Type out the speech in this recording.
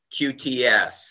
QTS